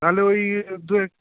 তাহলে ওই দু এক